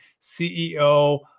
CEO